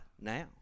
now